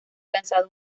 lanzado